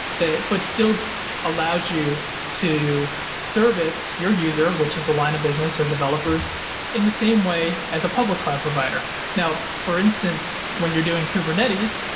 but still allows you to service your user, which is the line of business or developers in the same way as a public cloud provider. now for instance when you're doing kubernetes,